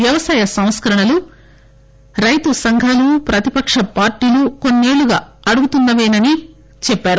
వ్యవసాయ సంస్కరణలు రైతు సంఘాలు ప్రతిపక్షపార్టీలు కొన్నేళ్ళుగా అడుగుతున్నవేనని చెప్పారు